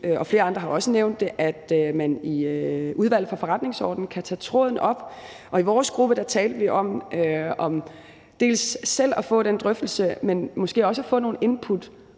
og flere andre har også nævnt det – at man i Udvalget for Forretningsordenen kan tage tråden op. I vores gruppe talte vi både om selv at få den drøftelse, men måske også at få nogle input